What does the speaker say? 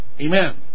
Amen